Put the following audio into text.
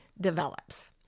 develops